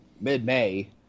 mid-May